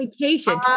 vacation